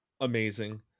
amazing